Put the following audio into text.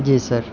جی سر